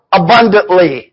abundantly